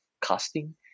casting